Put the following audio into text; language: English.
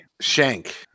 shank